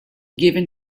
given